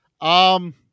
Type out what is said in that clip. Um-